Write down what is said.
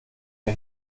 der